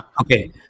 Okay